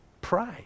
Pray